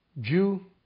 Jew